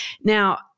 Now